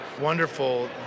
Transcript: wonderful